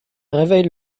réveille